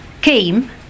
came